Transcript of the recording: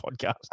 podcast